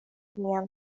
mian